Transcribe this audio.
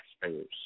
taxpayers